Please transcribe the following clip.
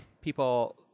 people